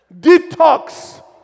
Detox